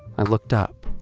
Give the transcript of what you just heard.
i looked up.